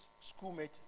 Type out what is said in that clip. schoolmate